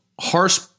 harsh